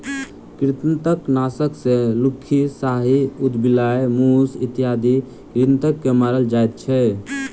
कृंतकनाशक सॅ लुक्खी, साही, उदबिलाइ, मूस इत्यादि कृंतक के मारल जाइत छै